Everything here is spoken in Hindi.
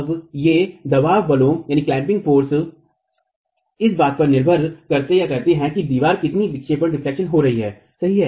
अब येदवाब बलों इस बात पर निर्भर करती है कि दीवार कितनी विक्षेपित हो रही है सही है